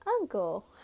uncle